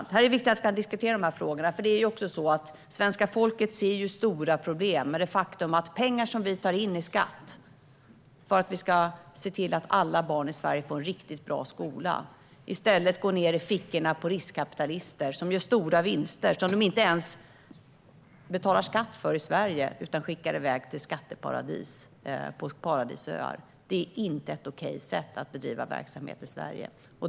Det är viktigt att vi kan diskutera dessa frågor, för svenska folket ser stora problem med att pengar som vi tar in i skatt för att alla barn ska få en riktigt bra skola i stället går ned i fickorna på riskkapitalister, som gör stora vinster som de inte ens betalar skatt för i Sverige utan skickar iväg till skatteparadis. Det är inte ett okej sätt att bedriva verksamhet i Sverige.